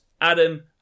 Adam